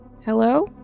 hello